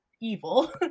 evil